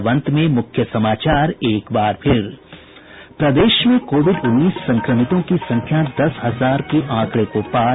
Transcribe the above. और अब अंत में मुख्य समाचार एक बार फिर प्रदेश में कोविड उन्नीस संक्रमितों की संख्या दस हजार के आंकड़े को पार